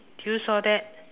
do you saw that